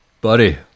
Buddy